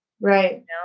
Right